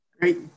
Great